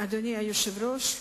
אדוני היושב-ראש,